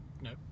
no